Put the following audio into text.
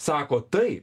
sako taip